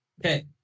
Okay